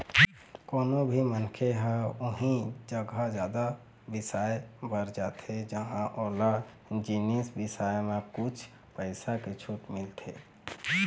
कोनो भी मनखे ह उही जघा जादा बिसाए बर जाथे जिंहा ओला जिनिस बिसाए म कुछ पइसा के छूट मिलथे